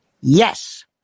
Yes